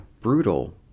brutal